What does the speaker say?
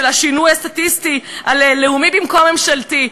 השינוי לסטטיסטיקן הלאומי במקום הממשלתי.